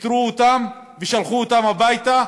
פיטרו אותם ושלחו אותם הביתה,